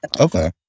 Okay